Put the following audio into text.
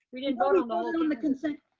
we didn't vote vote and on the consent.